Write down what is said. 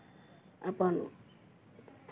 अपन